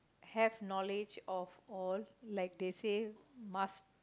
have knowledge of all like they say must